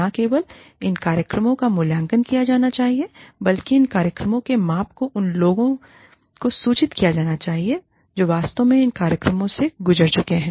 न केवल इन कार्यक्रमों का मूल्यांकन किया जाना चाहिए बल्कि इन कार्यक्रमों के माप को उन लोगों को सूचित किया जाना चाहिए जो वास्तव में इन कार्यक्रमों से गुज़र चुके हैं